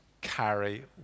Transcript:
carry